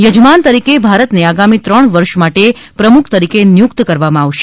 યજમાન તરીકે ભારતને આગામી ત્રણ વર્ષ માટે પ્રમુખ તરીકે નિયુક્ત કરવામાં આવશે